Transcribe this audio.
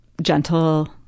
gentle